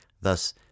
Thus